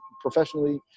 professionally